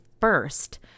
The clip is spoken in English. first